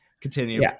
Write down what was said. Continue